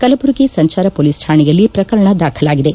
ಕಲಬುರಗಿ ಸಂಚಾರ ಪೊಲೀಸ್ ಠಾಣೆಯಲ್ಲಿ ಪ್ರಕರಣ ದಾಖಲಾಗಿದೆ